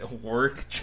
work